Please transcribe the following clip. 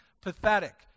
Pathetic